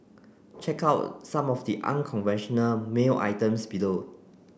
check out some of the unconventional mail items below